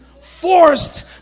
forced